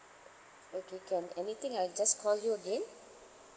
okay can anything I'll just call you again